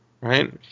right